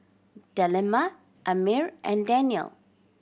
Delima Ammir and Daniel